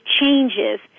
changes